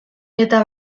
eta